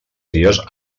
dies